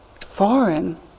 foreign